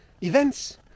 Events